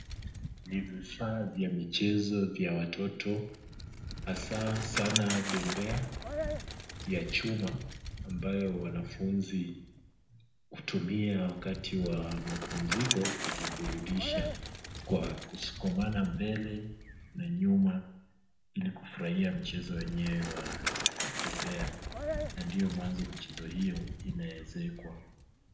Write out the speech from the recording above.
Ni vifaa vya michezo vya watoto, hasa sana bembea ya chuma ambayo wanafunzi hutumia wakati wa mapumziko kujiburudisha kwa kusukumana mbele na nyuma ili kufurahia mchezo wenyewe wa bembea na ndio mwanzo michezo hiyo inaezekwa.